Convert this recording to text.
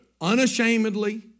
Unashamedly